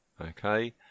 okay